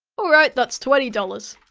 alright, that's twenty dollars